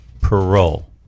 parole